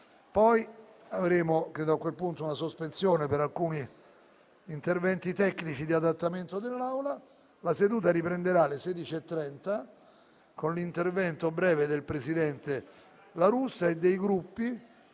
chiederò una sospensione per alcuni interventi tecnici di adattamento dell'Aula. La seduta riprenderà alle ore 16,30 con l'intervento breve del presidente La Russa e di un